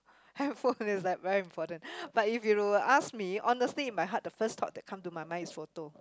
hand phone is like very important but if you were to ask me honestly in my heart the first thought that come in my mind is photo